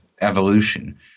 evolution